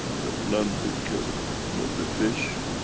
that none will kill not the fish,